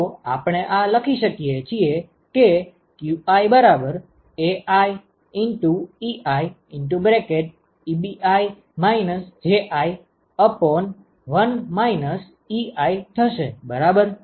તો આપણે આ લખી શકીએ કે qiAiiEbi Ji1 i બરાબર